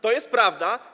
To jest prawda.